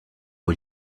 aux